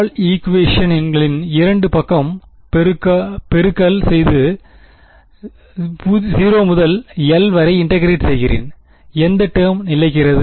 all ஈக்குவேஷனின் இரண்டு பக்கமும் பெருக்கல் செய்து 0 முதல் 1 வரை இன்டெக்ராட் செய்கிறேன் எந்த டேர்ம் நிலைக்கிறது